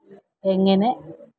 എങ്ങനെ